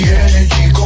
energy